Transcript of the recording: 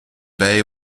bay